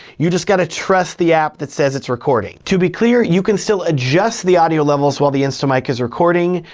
you've just gotta trust the app that says it's recording. to be clear, you can still adjust the audio levels while the instamic is recording,